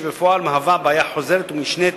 שבפועל מהווה בעיה חוזרת ונשנית